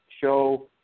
show